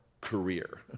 career